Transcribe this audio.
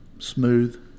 Smooth